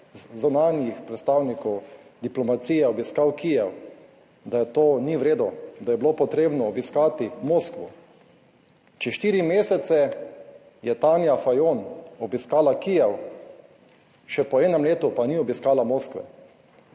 zunanjih predstavnikov diplomacije obiskal Kijev, da to ni v redu, da je bilo potrebno obiskati Moskvo. Čez štiri mesece je Tanja Fajon obiskala Kijev, še po enem letu pa ni obiskala Moskve.